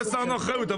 לא הסרנו אחריות,